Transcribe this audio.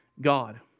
God